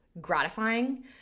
gratifying